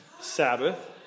Sabbath